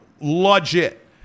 legit